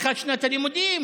פתיחת שנת הלימודים,